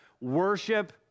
Worship